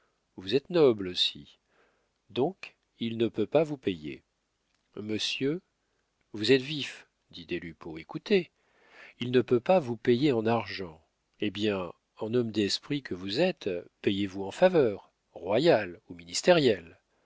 vous êtes noble aussi donc il ne peut pas vous payer monsieur vous êtes vif dit des lupeaulx écoutez il ne peut pas vous payer en argent hé bien en homme d'esprit que vous êtes payez-vous en faveurs royales ou ministérielles